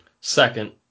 Second